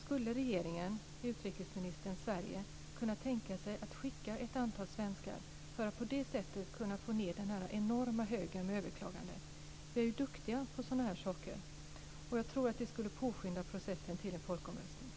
Skulle regeringen, utrikesministern, Sverige kunna tänka sig att skicka ett antal svenskar för att på det sättet kunna minska den enorma högen med överklaganden? Vi är ju duktiga på sådana saker. Jag tror att det skulle påskynda processen till en folkomröstning.